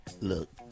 Look